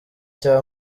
cya